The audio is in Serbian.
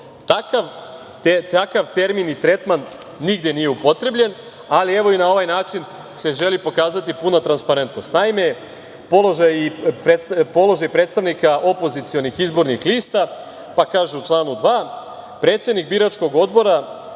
Takav termin i tretman nigde nije upotrebljen, ali, evo, i na ovaj način se želi pokazati puna transparentnost. Naime, položaj predstavnika opozicionih izbornih lista, pa kaže u članu 2. – predsednik biračkog odbora